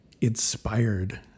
inspired